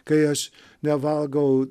kai aš nevalgau